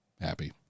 Happy